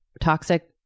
toxic